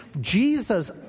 Jesus